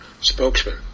spokesman